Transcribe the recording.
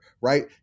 Right